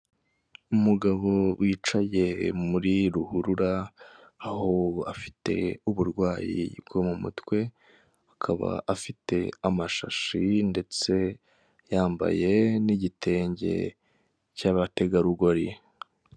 Umugabo wicaye muri ruhurura aho ubu afite uburwayi bwo mu mutwe, akaba afite amashashi ndetse yambaye n'igitenge cy'abategarugori.